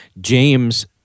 James